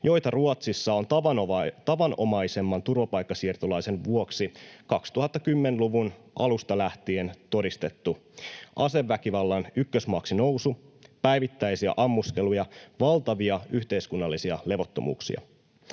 joita Ruotsissa on tavanomaisempien turvapaikkasiirtolaisten vuoksi 2010-luvun alusta lähtien todistettu: aseväkivallan ykkösmaaksi nousu, päivittäisiä ammuskeluja, valtavia yhteiskunnallisia levottomuuksia.